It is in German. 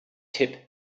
tipp